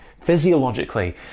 physiologically